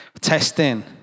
Testing